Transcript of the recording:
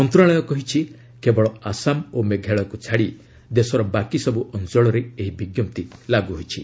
ମନ୍ତ୍ରଣାଳୟ କହିଛି କେବଳ ଆସାମ ଓ ମେଘାଳୟକ୍ତ ଛାଡ଼ି ଦେଶର ବାକି ସବୁ ଅଞ୍ଚଳରେ ଏହି ବିଜ୍ଞପ୍ତି ଲାଗୁ ହୋଇଛି